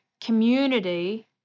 community